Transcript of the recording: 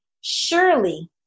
Surely